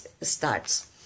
starts